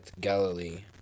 Galilee